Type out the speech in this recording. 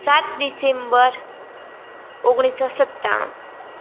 સાત ડિસેમ્બર ઓગણીસો સત્તાણું